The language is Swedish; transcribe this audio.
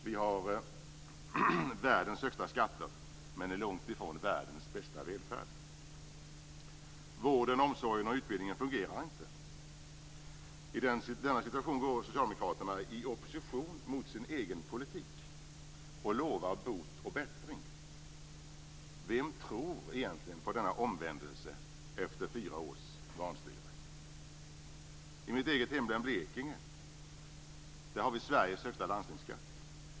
Vi har världens högsta skatter men långt ifrån världens bästa välfärd. denna situation går socialdemokraterna i opposition mot sin egen politik och lovar bot och bättring. Vem tror egentligen på denna omvändelse efter fyra års vanstyre? I mitt eget hemlän Blekinge har vi Sveriges högsta landstingsskatt.